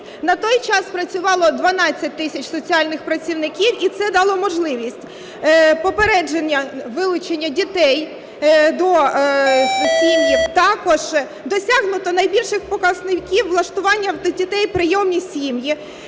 на той час працювало 12 тисяч соціальних працівників, і це дало можливість попередження вилучення дітей з сімей, також досягнуто найбільших показників влаштування дітей в прийомні сім'ї